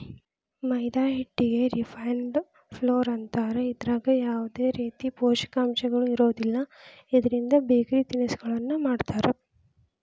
ಮೈದಾ ಹಿಟ್ಟಿಗೆ refined flour ಅಂತಾರ, ಇದ್ರಾಗ ಯಾವದೇ ರೇತಿ ಪೋಷಕಾಂಶಗಳು ಇರೋದಿಲ್ಲ, ಇದ್ರಿಂದ ಬೇಕರಿ ತಿನಿಸಗಳನ್ನ ಮಾಡ್ತಾರ